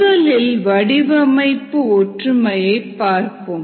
முதலில் வடிவமைப்பு ஒற்றுமையை பார்ப்போம்